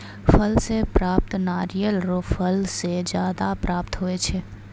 फल से प्राप्त नारियल रो फल से ज्यादा प्राप्त हुवै छै